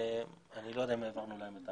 אני לא יודע אם העברנו להם.